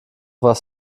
was